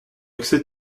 excès